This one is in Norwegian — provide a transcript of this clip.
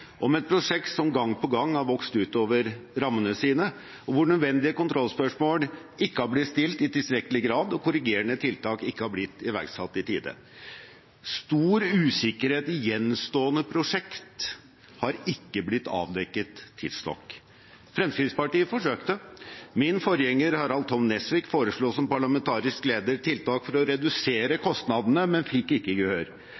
gang på gang har vokst utover rammene sine, og hvor nødvendige kontrollspørsmål ikke har blitt stilt i tilstrekkelig grad og korrigerende tiltak ikke har blitt iverksatt i tide. Stor usikkerhet i gjenstående prosjekt har ikke blitt avdekket tidsnok. Fremskrittspartiet forsøkte. Min forgjenger, Harald Tom Nesvik, foreslo som parlamentarisk leder tiltak for å redusere